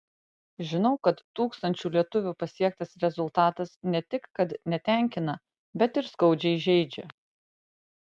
žinau kad tūkstančių lietuvių pasiektas rezultatas ne tik kad netenkina bet ir skaudžiai žeidžia